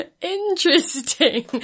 interesting